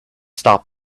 stop